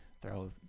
Throw